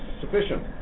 sufficient